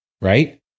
Right